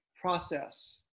process